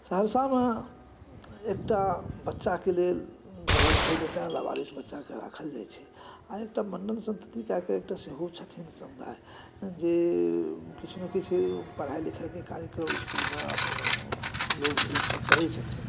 सहरसामे एकटा बच्चाकेँ लेल जगह छै जतऽ लावारिस बच्चाकेँ राखल जाइ छै आ एकटा मण्डन स्मृति कए कऽ सेहो छथिन एकटा समुदाए जे किछु ने किछु पढ़ाई लिखाईकेँ काज ओहि इसकुलमे अपन लोक भेज कऽ करै छथिन